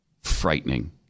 Frightening